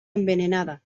envenenada